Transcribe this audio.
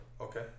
Okay